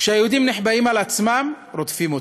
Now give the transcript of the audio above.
כשהיהודים נחבאים אל עצמם, רודפים אותם,